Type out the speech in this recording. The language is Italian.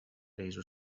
reso